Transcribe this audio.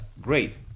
great